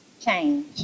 change